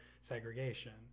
segregation